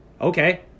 okay